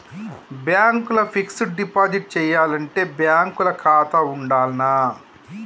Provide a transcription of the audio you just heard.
Bank ల fixed deposit చేయాలంటే bank ల ఖాతా ఉండాల్నా?